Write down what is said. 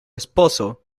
esposo